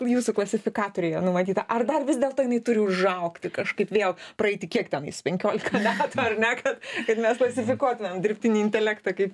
jūsų klasifikatoriuje numatyta ar dar vis dėlto jinai turi užaugti kažkaip vėl praeiti kiek ten jūs penkiolika metų ar ne kad kad mes klasifikuotumėm dirbtinį intelektą kaip